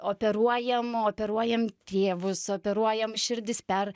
operuojam operuojam tėvus operuojam širdis per